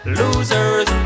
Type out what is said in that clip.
losers